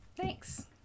Thanks